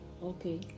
Okay